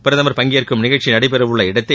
பிரதமர் பங்கேற்கும் நிகழ்ச்சி நடைபெறவுள்ள இடத்தை